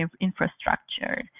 infrastructure